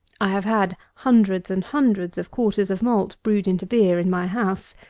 i have had hundreds and hundreds of quarters of malt brewed into beer in my house.